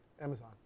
Amazon